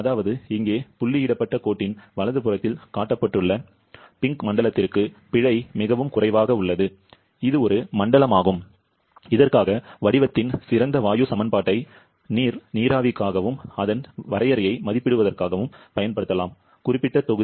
அதாவது இங்கே புள்ளியிடப்பட்ட கோட்டின் வலது புறத்தில் காட்டப்பட்டுள்ள பிங்க் மண்டலத்திற்கு பிழை மிகவும் குறைவாக உள்ளது இது ஒரு மண்டலமாகும் இதற்காக வடிவத்தின் சிறந்த வாயு சமன்பாட்டை நீர் நீராவிக்காகவும் அதன் சொத்தை மதிப்பிடுவதற்கும் பயன்படுத்தலாம் குறிப்பிட்ட தொகுதி